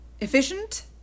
Efficient